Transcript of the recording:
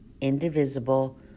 indivisible